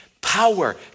power